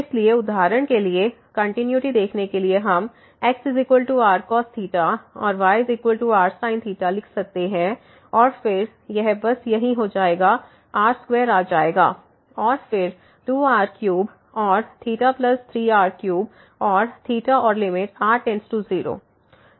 इसलिए उदाहरण के लिए कंटिन्यूटी देखने के लिए हम xrcos और yrsin लिख सकते हैं और फिर यह बस यहीं हो जाएगा r2 आ जाएगा और फिर 2 r3 और 3r3 और और लिमिट r→0